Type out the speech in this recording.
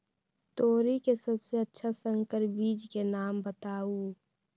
तोरी के सबसे अच्छा संकर बीज के नाम बताऊ?